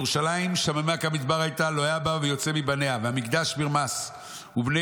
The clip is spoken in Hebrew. וירושלים שממה כמדבר הייתה לא היה בא ויוצא מבניה והמקדש מרמס ובני